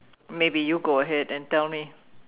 maybe you go ahead and tell me